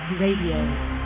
Radio